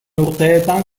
urteetan